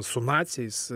su naciais